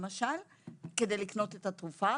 למשל כדי לקנות את התרופה,